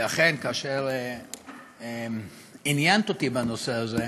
ואכן, כאשר עניינת אותי בנושא הזה,